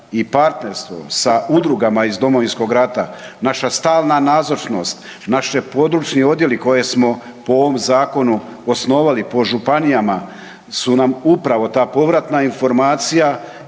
i partnerstvo sa udrugama iz Domovinskog rata, naša stalna nazočnost, naši područni odjeli koje smo po ovom zakonu osnovali po županijama su nam upravo ta povratna informacija